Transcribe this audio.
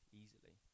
easily